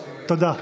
תודה.